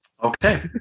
okay